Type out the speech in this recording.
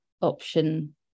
option